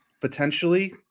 potentially